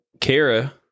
Kara